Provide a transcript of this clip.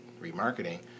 remarketing